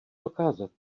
dokázat